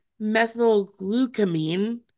methylglucamine